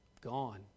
Gone